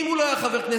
אם הוא לא היה חבר כנסת,